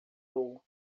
sul